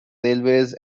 railways